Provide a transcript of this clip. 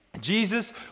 Jesus